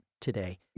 today